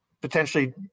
potentially